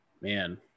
man